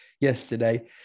yesterday